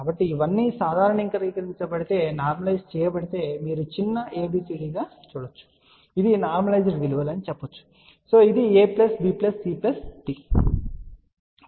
కాబట్టి ఇవన్నీ సాధారణీకరించబడితే మీరు చిన్న abcd గా సూచిస్తాము ఇది నార్మలైస్డ్ విలువలు అని చెప్పనివ్వండి అప్పుడు ఇది a b c d అవుతుంది